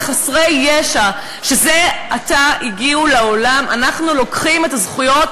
לחסרי ישע שזה עתה הגיעו לעולם אנחנו לוקחים את הזכויות,